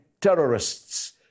terrorists